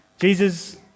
Jesus